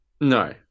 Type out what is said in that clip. No